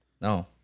No